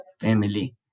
family